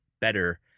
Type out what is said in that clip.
better